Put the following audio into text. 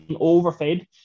overfed